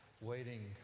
waiting